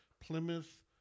Plymouth